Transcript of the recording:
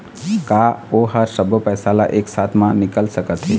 का ओ हर सब्बो पैसा ला एक साथ म निकल सकथे?